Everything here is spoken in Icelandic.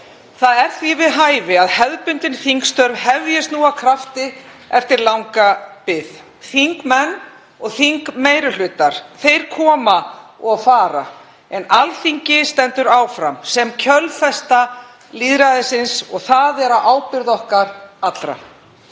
Það er því við hæfi að hefðbundin þingstörf hefjist nú af krafti eftir langa bið. Þingmenn og þingmeirihlutar koma og fara en Alþingi stendur áfram sem kjölfesta lýðræðisins og það er á ábyrgð okkar allra.